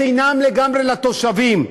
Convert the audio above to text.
בחינם לגמרי לתושבים,